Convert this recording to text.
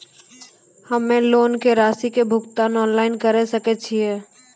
हम्मे लोन के रासि के भुगतान ऑनलाइन करे सकय छियै?